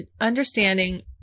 understanding